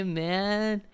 man